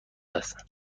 است